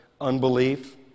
unbelief